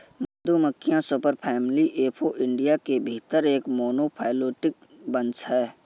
मधुमक्खियां superfamily Apoidea के भीतर एक मोनोफैलेटिक वंश हैं